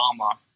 Obama